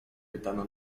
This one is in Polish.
pytano